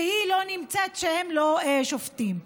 שהם לא שופטים.